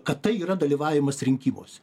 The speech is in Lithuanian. kad tai yra dalyvavimas rinkimuose